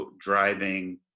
driving